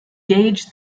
gauge